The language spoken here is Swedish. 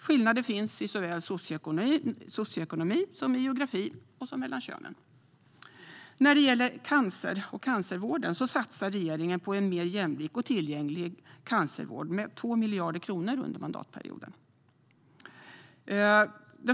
Skillnader finns såväl i socioekonomi och geografi som mellan könen. När det gäller cancer och cancervård satsar regeringen på en mer jämlik och tillgänglig cancervård med 2 miljarder kronor under mandatperioden.